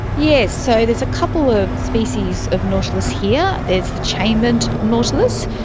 yes, so there's a couple of species of nautilus here. there's the chambered nautilus,